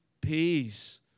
peace